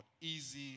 easy